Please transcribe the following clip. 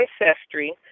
Ancestry